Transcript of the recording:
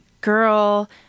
girl